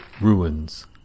Ruins